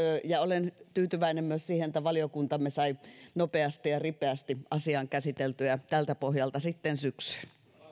ja olen tyytyväinen myös siihen että valiokuntamme sai nopeasti ja ripeästi asian käsiteltyä ja tältä pohjalta sitten syksyyn